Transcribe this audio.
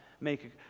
make